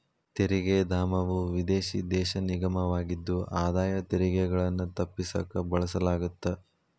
ತೆರಿಗೆ ಧಾಮವು ವಿದೇಶಿ ದೇಶ ನಿಗಮವಾಗಿದ್ದು ಆದಾಯ ತೆರಿಗೆಗಳನ್ನ ತಪ್ಪಿಸಕ ಬಳಸಲಾಗತ್ತ